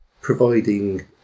providing